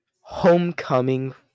Homecoming